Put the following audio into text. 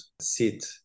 sit